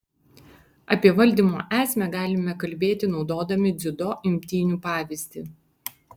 apie valdymo esmę galime kalbėti naudodami dziudo imtynių pavyzdį